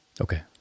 Okay